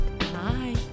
hi